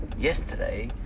Yesterday